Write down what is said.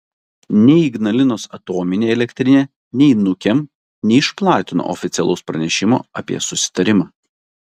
nei ignalinos atominė elektrinė nei nukem neišplatino oficialaus pranešimo apie susitarimą